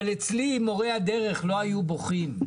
אבל אצלי מורי הדרך לא היו בוכים,